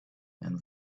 and